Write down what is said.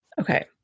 Okay